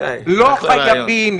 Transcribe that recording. לא חייבים,